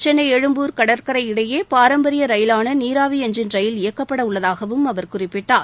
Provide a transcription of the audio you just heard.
சென்னை எழும்பூர் கடற்கரை இடையே பாரம்பரிய ரயிலான நீராவி எஞ்சின் ரயில் இயக்கப்படவுள்ளதாகவும் அவர் குறிப்பிட்டார்